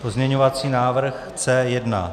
Pozměňovací návrh C1.